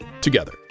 together